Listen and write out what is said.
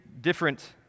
different